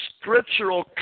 scriptural